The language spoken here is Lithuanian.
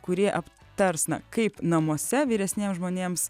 kurie aptars na kaip namuose vyresniem žmonėms